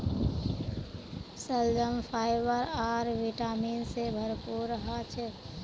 शलजम फाइबर आर विटामिन से भरपूर ह छे